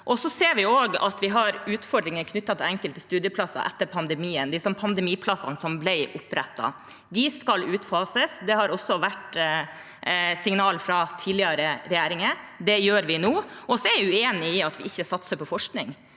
Vi ser at vi har utfordringer knyttet til enkelte studieplasser etter pandemien – de pandemiplassene som ble opprettet. De skal utfases. Det har også vært signalet fra tidligere regjering. Det gjør vi nå. Jeg er uenig i at vi ikke satser på forskning.